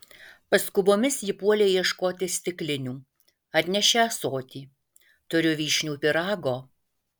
paskubomis ji puolė ieškoti stiklinių atnešė ąsotį turiu vyšnių pyrago